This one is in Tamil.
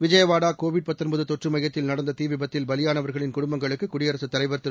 விஜயவாடா கோவிட் தொற்று மையத்தில் நடந்த தீ விபத்தில் பலியானவர்களின் குடும்பங்களுக்கு குடியரசு தலைவர் திரு